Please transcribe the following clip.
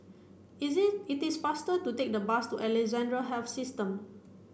is it it is faster to take the bus to Alexandra Health System